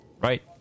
right